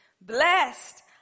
Blessed